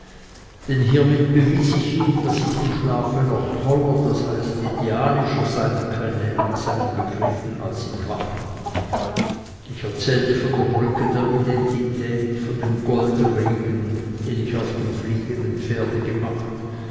denn hiemit bewies ich ihm daß ich im schlafe noch toller das heißt idealischer sein könne nach seinen begriffen als er im wachen ich erzählte von der brücke der identität von dem goldregen den ich auf dem fliegenden pferde gemacht